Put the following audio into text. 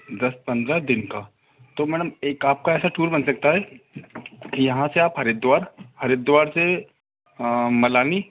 दस पन्द्रह दिन का तो मैडम एक आपका ऐसा टूर बन सकता है यहाँ से आप हरिद्वार हरिद्वार से मलानी